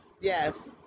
Yes